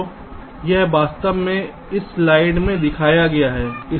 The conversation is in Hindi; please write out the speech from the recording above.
तो यह वास्तव में इस स्लाइड में दिखाया गया है